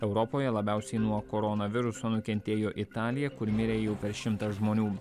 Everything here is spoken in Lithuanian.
europoje labiausiai nuo koronaviruso nukentėjo italija kur mirė jau per šimtą žmonių